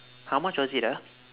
how much was it ah